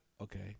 okay